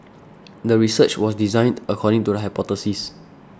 the research was designed according to the hypothesis